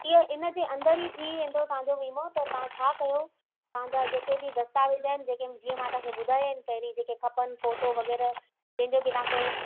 इअ इनजे अंदरि ई थी वेंदो तव्हांजो वीमो त तव्हां छा कयो तव्हांजा जेके बि दस्तावेज़ आहिनि जेके जीअं मां तव्हांखे ॿुधायां आहिनि पहिरीं जेके खपनि फ़ोटो वग़ैरह कंहिंजो बि तव्हांखे